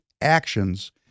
actions